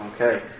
Okay